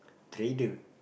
trader